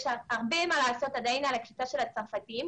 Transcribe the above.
יש עדיין הרבה מה לעשות לגבי העלייה של הצרפתים.